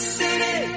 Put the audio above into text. city